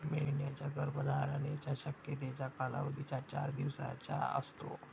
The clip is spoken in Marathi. मेंढ्यांच्या गर्भधारणेच्या शक्यतेचा कालावधी चार दिवसांचा असतो